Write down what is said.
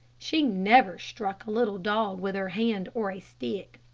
she never struck a little dog with her hand or a stick.